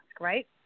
right